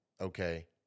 Okay